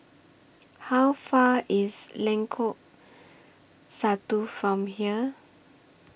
How Far IS Lengkok Satu from here